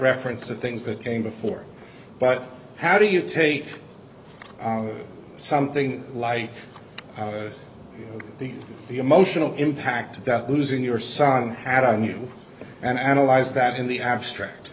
reference to things that came before but how do you take something like the emotional impact that losing your son had on you and analyze that in the abstract